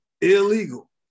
Illegal